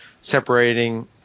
separating